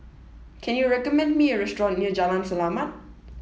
can you recommend me a restaurant near Jalan Selamat